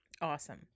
Awesome